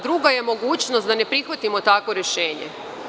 Druga je mogućnost da ne prihvatimo takvo rešenje.